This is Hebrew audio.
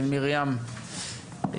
בן מרים,